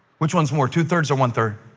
which one is more two thirds or one third?